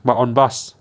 but on bus